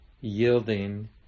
yielding